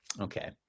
okay